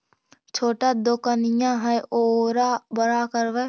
छोटा दोकनिया है ओरा बड़ा करवै?